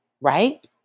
right